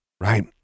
Right